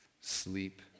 sleep